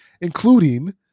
including